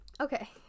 Okay